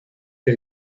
que